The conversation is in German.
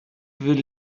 will